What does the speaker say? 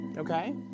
Okay